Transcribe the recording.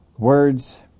Words